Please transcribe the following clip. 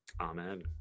amen